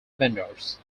vendors